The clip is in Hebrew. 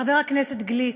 חבר הכנסת גליק,